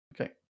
Okay